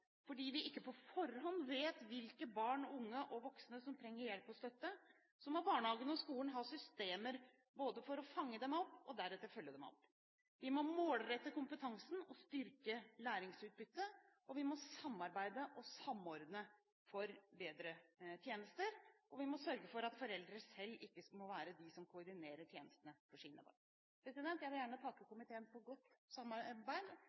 fordi vi ikke på forhånd vet hvilke barn, unge og voksne som trenger hjelp og støtte. Så må barnehagen og skolen ha systemer både for å fange dem opp og deretter følge dem opp. Vi må målrette kompetansen og styrke læringsutbyttet, vi må samarbeide og samordne for bedre tjenester, og vi må sørge for at foreldre selv ikke må være de som koordinerer tjenestene for sine barn. Jeg vil gjerne takke komiteen for et godt samarbeid.